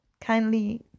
Kindly